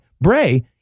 Bray